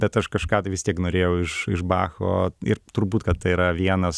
bet aš kažką tai vis tiek norėjau iš iš bacho ir turbūt kad tai yra vienas